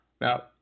Now